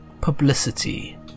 publicity